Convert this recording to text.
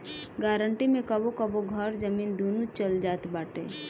guarantee मे कबो कबो घर, जमीन, दूनो चल जात बाटे